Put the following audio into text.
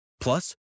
Plus